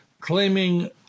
claiming